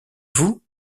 vous